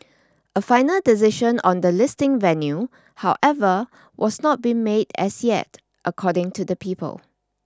a final decision on the listing venue however was not been made as yet according to the people